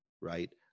right